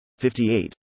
58